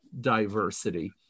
diversity